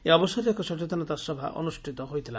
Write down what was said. ଏହି ଅବସରରେ ଏକ ସଚେତନତା ସଭା ଅନୁଷ୍ଠିତ ହୋଇଥିଲା